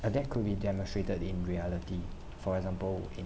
and that could be demonstrated in reality for example